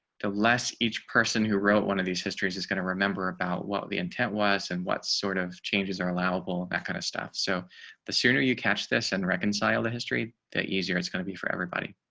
the less each person who wrote one of these histories is going to remember about what the intent was and what sort of changes are allowable, that kind of stuff. so the sooner you catch this and reconcile the history, the easier it's going to be for everybody.